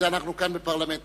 בשביל זה אנחנו כאן בפרלמנט.